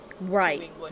Right